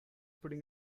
pudding